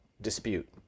dispute